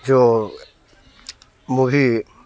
जो मूवी